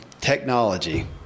technology